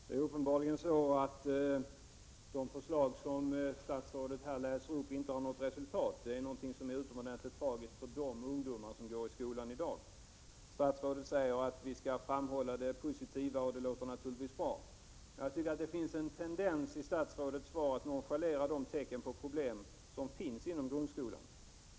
Herr talman! Det är uppenbarligen så att de förslag som statsrådet läst upp inte har gett något resultat. Det är något som är utomordentligt tragiskt för de ungdomar som går i skolan i dag. Statsrådet säger att vi skall framhålla det positiva, och det låter naturligtvis bra. Men det finns en tendens i statsrådets svar att nonchalera de tecken till problem som finns i grundskolan i dag.